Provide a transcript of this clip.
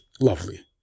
lovely